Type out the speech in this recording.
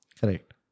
correct